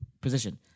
position